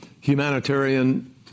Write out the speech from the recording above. humanitarian